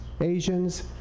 Asians